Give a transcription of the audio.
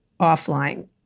offline